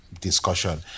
discussion